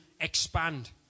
expand